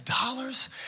dollars